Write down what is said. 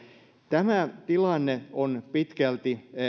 tämä tilanne on pitkälti